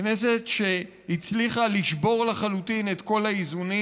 כנסת שהצליחה לשבור לחלוטין את כל האיזונים